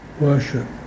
worship